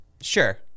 Sure